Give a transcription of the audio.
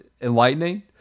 enlightening